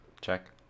Check